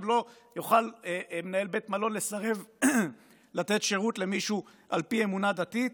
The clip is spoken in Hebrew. יוכל מנהל בית מלון לסרב לתת שירות למישהו על פי אמונה דתית.